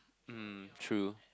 mm true